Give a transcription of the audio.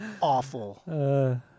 awful